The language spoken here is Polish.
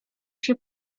się